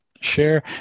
share